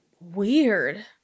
Weird